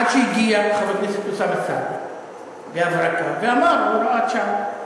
עד שהגיע חבר הכנסת אוסאמה סעדי בהברקה ואמר: הוראת שעה.